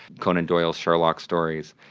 conan doyle's sherlock stories,